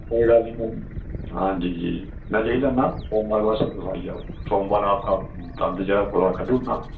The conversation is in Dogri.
कोई गल्ल नि हां जी जी में लेई लैना सोमबार आस्तै तुस आई जाओ सोमबार आपका दंद जेह्ड़ा ओह् कड्ढी ओड़ना